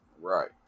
Right